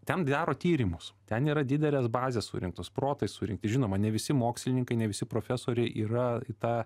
ten daro tyrimus ten yra didelės bazės surinktos protai surinkti žinoma ne visi mokslininkai ne visi profesoriai yra į tą